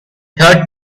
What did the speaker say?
third